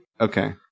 okay